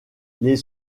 les